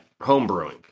homebrewing